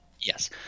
Yes